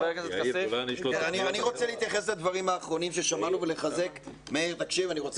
אני רוצה להתייחס לדברים האחרונים ששמענו ולחזק אותך,